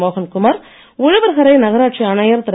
மோகன்குமார் உழவர்கரை நகராட்சி ஆணையர் திரு